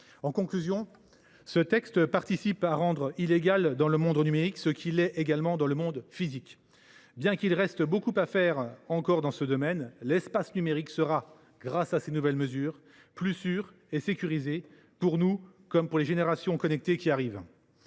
En conclusion, ce texte participe à rendre illégal dans le monde numérique ce qui l’est dans le monde physique. Bien qu’il reste beaucoup à faire dans ce domaine, l’espace numérique sera, grâce à ces nouvelles mesures, plus sûr, pour nous comme pour les générations connectées à venir.